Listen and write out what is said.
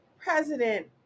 president